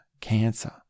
cancer